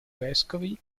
vescovi